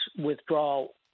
withdrawal